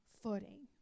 footing